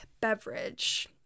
beverage